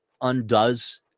undoes